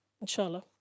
inshallah